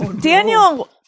Daniel